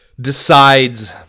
decides